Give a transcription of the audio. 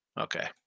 Okay